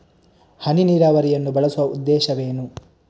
ಹನಿ ನೀರಾವರಿಯನ್ನು ಬಳಸುವ ಉದ್ದೇಶವೇನು?